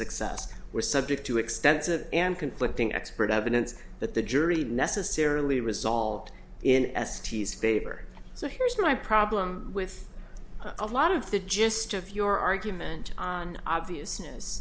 success were subject to extensive and conflicting expert evidence that the jury necessarily resolved in estes favor so here's my problem with a lot of the gist of your argument on obvious